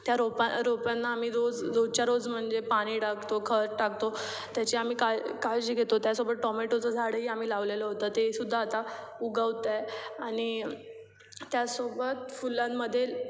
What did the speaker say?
त्या रोपा रोपांना आम्ही रोज रोजच्या रोज म्हणजे पाणी टाकतो खत टाकतो त्याचे आम्ही काळ काळजी घेतो त्यासोबत टोमॅटोचं झाडही आम्ही लावलेलं होतं ते सुद्धा आता उगवतं आहे आणि त्यासोबत फुलांमध्ये